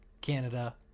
Canada